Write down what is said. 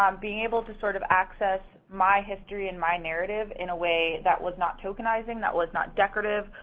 um being able to, sort of, access my history and my narrative in a way that was not tokenizing, that was not decorative,